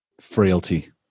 frailty